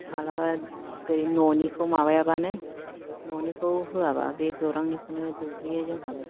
मालाबा दै न'निखौ माबायाबानो न'निखौ होआबा बे गौरांनिखौनो दौहैयो जोंहाबो